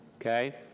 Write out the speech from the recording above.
Okay